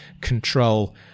control